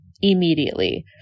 Immediately